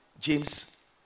James